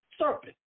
Serpent